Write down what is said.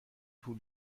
پول